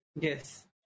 Yes